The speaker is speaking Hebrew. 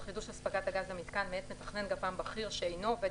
חידוש הספקת הגז למיתקן מאת מתכנן גפ"מ בכיר שאינו עובד